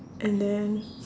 and then